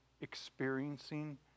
experiencing